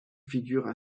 figurent